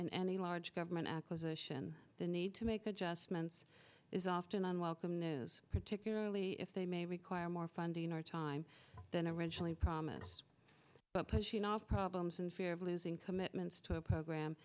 the large government acquisition the need to make adjustments is often unwelcome news particularly if they may require more funding or time than originally promised but pushing off problems and fear of losing commitments to a program